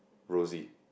Rosie